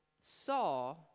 saw